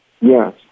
yes